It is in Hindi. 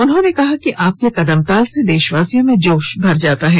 उन्होंने कहा कि आपके कदम ताल से देशवासियों में जोश भर जाता है